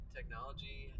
Technology